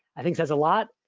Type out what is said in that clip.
i think says a lot.